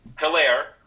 Hilaire